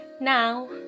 Now